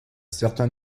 certain